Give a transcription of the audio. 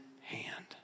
hand